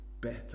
better